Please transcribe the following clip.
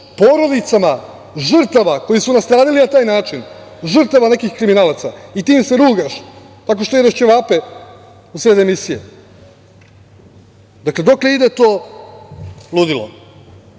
porodicama žrtava koje su nastradali na taj način, žrtava nekih kriminalaca i tim im se rugaš, tako što jedeš ćevape u sred emisije. Dokle ide to ludilo. To